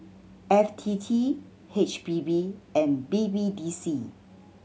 F T T H P B and B B D C